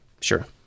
Sure